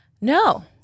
No